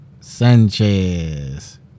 Sanchez